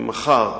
מחר,